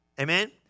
Amen